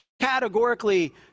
categorically